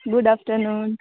good afternoon